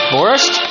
Forest